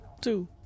two